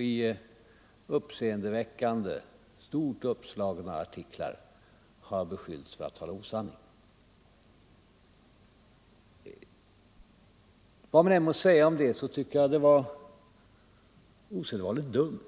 I uppseendeväckande, stort uppslagna artiklar har jag beskyllts för att tala osanning. 165 Vad man än må säga om det, tycker jag det var osedvanligt dumt